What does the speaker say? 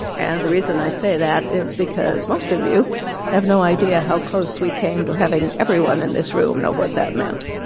and the reason i say that, is because most of you have no idea how close we came to having everyone in this room know what that meant.